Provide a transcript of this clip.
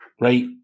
Right